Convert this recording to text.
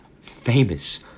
Famous